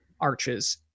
arches